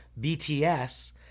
BTS